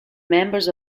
members